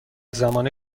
زمان